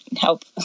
help